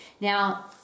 Now